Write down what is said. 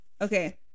Okay